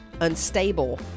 unstable